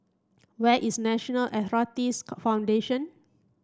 where is National Arthritis Foundation